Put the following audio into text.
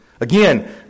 Again